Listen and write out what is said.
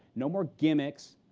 no more gimmicks,